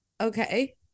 okay